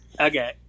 okay